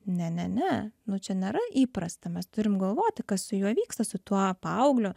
ne ne ne nu čia nėra įprasta mes turim galvoti kas su juo vyksta su tuo paaugliu